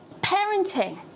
parenting